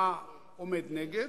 מה עומד בעד?